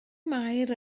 mair